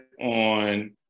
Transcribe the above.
on